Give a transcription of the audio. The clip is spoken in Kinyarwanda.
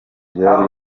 byari